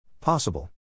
Possible